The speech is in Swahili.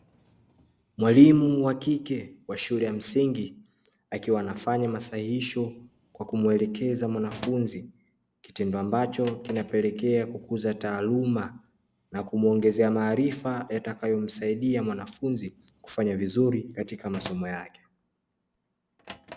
Mwalimu wa kike wa shule ya msingi akiwa anafanya masahihisho kwa kumuelekeza mwanafunzi, kitendo ambacho kinapelekea kukuza taaluma na kumuongezea maarifa yatakayomsaidia mwanafunzi kufanya vizuri katika masomo yake.